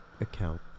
account